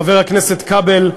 חבר הכנסת כבל,